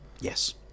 Yes